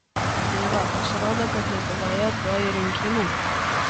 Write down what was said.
tai va pasirodo kad lietuvoje tuoj rinkimai